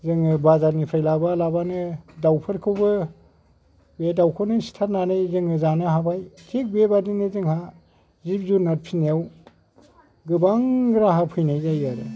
जोङो बाजारनिफ्राय लाबोआलाबानो दावफोरखौबो बे दावखौनो सिथारनानै जोङो जानो हाबाय थिक बेबादिनो जोंहा जिब जुनात फिनायाव गोबां राहा फैनाय जायो आरो